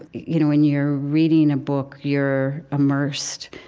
you know, when you're reading a book, you're immersed,